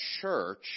church –